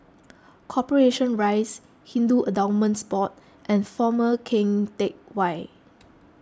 Corporation Rise Hindu Endowments Board and former Keng Teck Whay